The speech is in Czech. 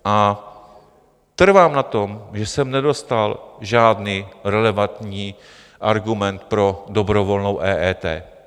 A trvám na tom, že jsem nedostal žádný relevantní argument pro dobrovolnou EET.